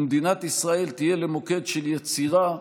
ומדינת ישראל תהיה למוקד של יצירה,